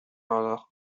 على